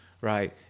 right